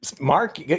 Mark